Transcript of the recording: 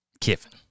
Kiffin